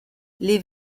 les